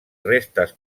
restes